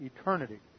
eternity